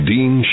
Dean